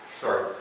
Sorry